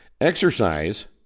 Exercise